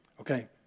Okay